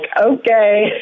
okay